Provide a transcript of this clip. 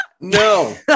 no